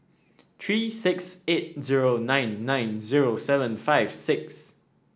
three six eight zero nine nine zero seven five six